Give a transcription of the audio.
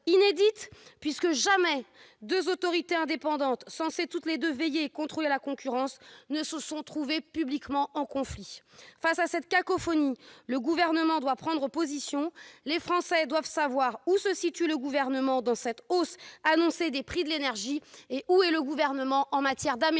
puisque jamais deux autorités indépendantes, censées toutes les deux veiller et contrôler la concurrence, ne se sont trouvées publiquement en conflit. Face à cette cacophonie, le Gouvernement doit prendre position. Les Français doivent savoir où il se situe face à cette hausse annoncée des prix de l'énergie et en matière d'amélioration